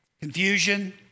confusion